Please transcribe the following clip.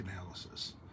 analysis